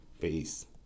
Peace